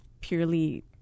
purely